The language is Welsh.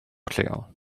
lleol